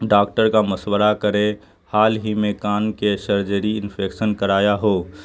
doctor کا مسورہ کرے حال ہی میں کان کے سرجری انفکشن کرایا ہو